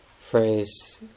phrase